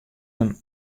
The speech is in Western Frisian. him